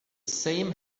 same